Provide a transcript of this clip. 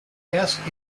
erst